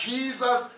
Jesus